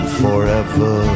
forever